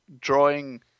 drawing